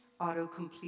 autocomplete